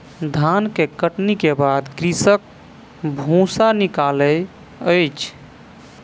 धान के कटनी के बाद कृषक भूसा निकालै अछि